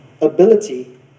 ability